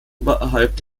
oberhalb